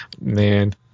Man